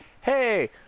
Hey